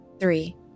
Three